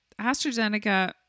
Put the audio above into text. AstraZeneca